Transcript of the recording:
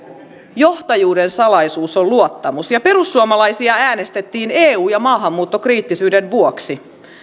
johtajuuden salaisuus on luottamus ja perussuomalaisia äänestettiin eu ja maahanmuuttokriittisyyden vuoksi